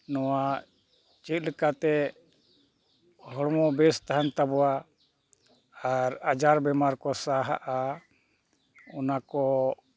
ᱱᱚᱣᱟ ᱪᱮᱫ ᱞᱮᱠᱟᱛᱮ ᱦᱚᱲᱢᱚ ᱵᱮᱥ ᱛᱟᱦᱮᱱ ᱛᱟᱵᱚᱣᱟ ᱟᱨ ᱟᱡᱟᱨ ᱵᱮᱢᱟᱨ ᱠᱚ ᱥᱟᱦᱟᱜᱼᱟ ᱚᱱᱟ ᱠᱚ